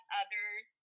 others